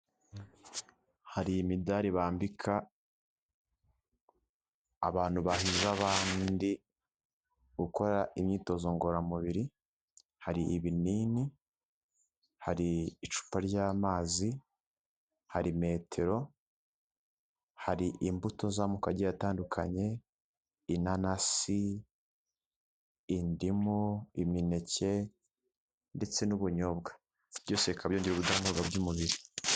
Hari imidari bambika abantu bahize abandi gukora imyitozo ngororamubiri, hari ibinini, hari icupa ry'amazi, hari metero, hari imbuto z'amoko agiye atandukanye, inanasi, indimu, imineke ndetse n'ubunyobwa, byose bikaba byongera ubudahangarwa bw'umubiri.